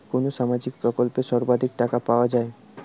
কোন সামাজিক প্রকল্পে সর্বাধিক টাকা পাওয়া য়ায়?